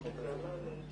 לרגע זה